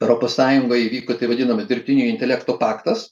europos sąjungoj įvyko tai vadinama dirbtinio intelekto paktas